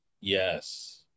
Yes